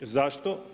Zašto?